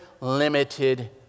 limited